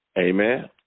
Amen